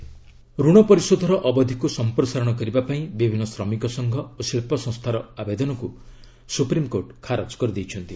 SC moratorium ରଣ ପରିଶୋଧର ଅବଧିକୁ ସଂପ୍ରସାରଣ କରିବା ପାଇଁ ବିଭିନ୍ନ ଶ୍ରମିକ ସଂଘ ଓ ଶିଳ୍ପ ସଂସ୍ଥାର ଆବେଦନକୁ ସୁପ୍ରିମକୋର୍ଟ ଖାରଜ କରିଦେଇଛନ୍ତି